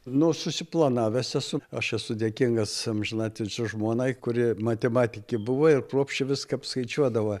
nu susiplanavęs esu aš esu dėkingas amžinatilsį žmonai kuri matematikė buvo ir kruopščiai viską apskaičiuodavo